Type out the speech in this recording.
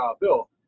bill